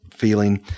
feeling